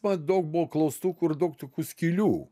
man daug buvo klaustų ir daug tokių skylių